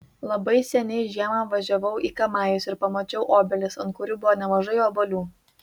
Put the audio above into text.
labai seniai žiemą važiavau į kamajus ir pamačiau obelis ant kurių buvo nemažai obuolių